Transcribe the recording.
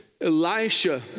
Elisha